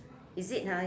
is it ha